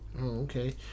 Okay